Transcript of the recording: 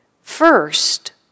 first